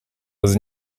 was